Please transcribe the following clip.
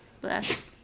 bless